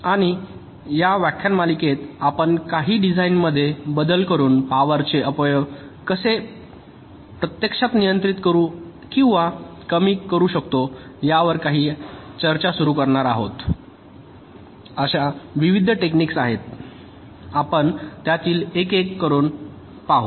आणि या व्याख्यानमालेत आपण काही डिझाइनमध्ये बदल करून पॉवरचे अपव्यय कसे प्रत्यक्षात नियंत्रित करू किंवा कमी करू शकतो यावर काही चर्चा सुरू करणार आहोत अशा विविध टेक्निक्स आहेत आपण त्याकडे एक एक करून पाहू